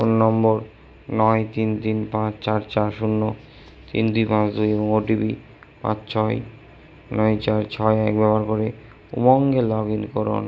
phone number নয় তিন তিন পাঁচ চার চার শূন্য তিন দুই পাঁচ দুই এবং ওটিপি পাঁচ ছয় নয় চার ছয় এক ব্যবহার করে উমঙ্গে লগ ইন করুন